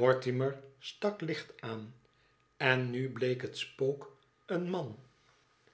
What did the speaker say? mortimer stak licht aan en nu bleek het spook een man